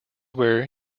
where